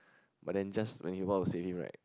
but then just when he about to save him right